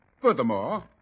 Furthermore